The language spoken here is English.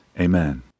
Amen